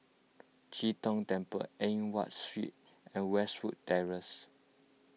Chee Tong Temple Eng Watt Street and Westwood Terrace